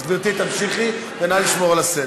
אז, גברתי, תמשיכי, ונא לשמור על הסדר.